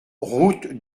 route